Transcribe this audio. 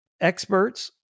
Experts